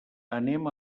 anem